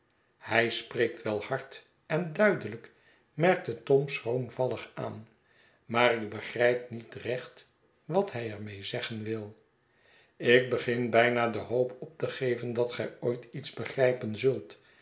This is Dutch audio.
hij spreekt wel hard en duidelijk merkte tom schroomvallig aan maar ik begrijp niet recht wat hij er mee zeggen wil ik begin bijna de hoop op te geven dat gij ooit iets begrijpen zult